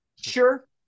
sure